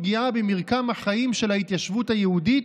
לפגיעה במרקם החיים של ההתיישבות היהודית,